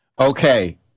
Okay